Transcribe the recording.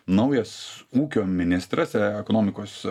naujas ūkio ministras ekonomikos